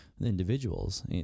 individuals